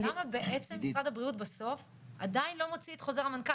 למה בעצם משרד הבריאות בסוף עדיין לא מוציא את חוזר המנכ"ל